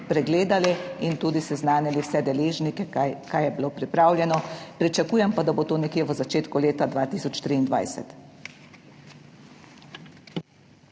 pregledali in seznanili vse deležnike, kaj je bilo pripravljeno. Pričakujem pa, da bo to v začetku leta 2023.